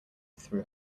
threw